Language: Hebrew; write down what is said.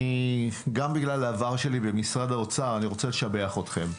אני רוצה לשבח אתכם.